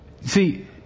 See